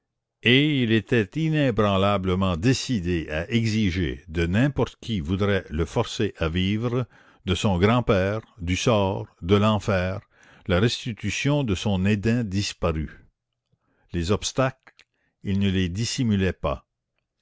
et il était inébranlablement décidé à exiger de n'importe qui voudrait le forcer à vivre de son grand-père du sort de l'enfer la restitution de son éden disparu les obstacles il ne se les dissimulait pas